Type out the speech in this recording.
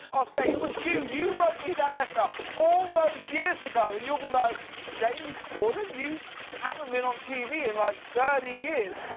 i'll say. you you wrote me that letter all those years ago. and you'll be like, james corden? you haven't been on tv in like thirty years!